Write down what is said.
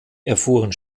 erfuhren